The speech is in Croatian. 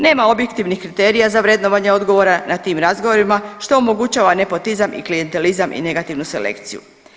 Nema objektivnih kriterija za vrednovanje odgovora na tim razgovorima što omogućava nepotizam i klijentelizam i negativnu selekciju.